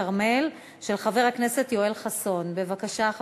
לאלתר של חדר המיון בקריית-שמונה,